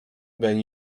when